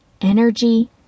energy